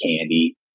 candy